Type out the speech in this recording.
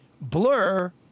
Blur